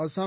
Assam